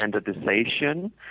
standardization